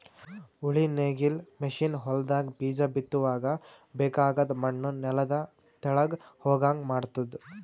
ಉಳಿ ನೇಗಿಲ್ ಮಷೀನ್ ಹೊಲದಾಗ ಬೀಜ ಬಿತ್ತುವಾಗ ಬೇಕಾಗದ್ ಮಣ್ಣು ನೆಲದ ತೆಳಗ್ ಹೋಗಂಗ್ ಮಾಡ್ತುದ